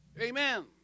Amen